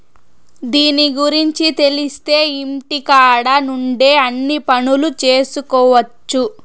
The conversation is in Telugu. దీని గురుంచి తెలిత్తే ఇంటికాడ నుండే అన్ని పనులు చేసుకొవచ్చు